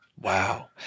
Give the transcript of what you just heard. wow